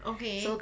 okay